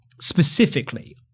Specifically